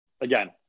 again